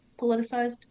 politicized